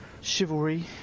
Chivalry